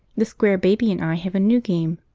the square baby and i have a new game.